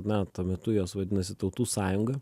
na tuo metu jos vadinasi tautų sąjunga